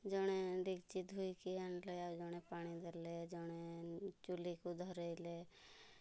ଜଣେ ଡ଼େକ୍ଚି ଧୁଇକି ଆଣିଲେ ଆଉ ଜଣେ ପାଣି ଦେଲେ ଜଣେ ଚୂଲିକି ଧରେଇଲେ